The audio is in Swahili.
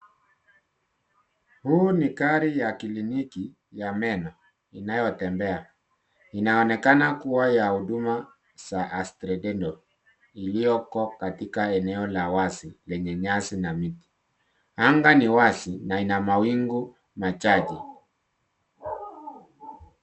Huu ni gari ya kliniki ya meno inayotembea. Inaonekana kuwa ya huduma za Astre Dental, iliyoko katika eneo la wazi lenye nyasi na miti. Anga ni wazi na ina mawingu machache.